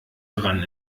dran